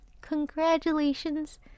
congratulations